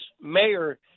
mayor